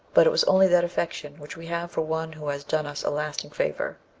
but it was only that affection which we have for one who has done us a lasting favour